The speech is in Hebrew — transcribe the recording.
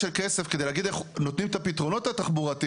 הוא אמר שהוא יביא את זה כהוראת שעה.